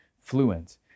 fluent